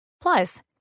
Plus